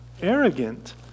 arrogant